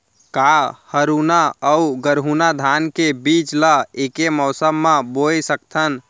का हरहुना अऊ गरहुना धान के बीज ला ऐके मौसम मा बोए सकथन?